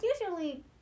usually